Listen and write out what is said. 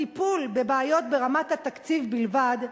הטיפול בבעיות ברמת התקציב בלבד,